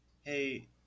hey